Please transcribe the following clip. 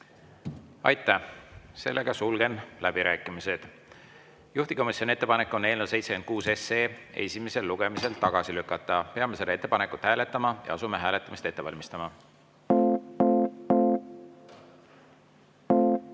Aitäh! Sulgen läbirääkimised. Juhtivkomisjoni ettepanek on eelnõu 76 esimesel lugemisel tagasi lükata. Peame seda ettepanekut hääletama ja asume hääletamist ette valmistama.